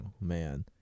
man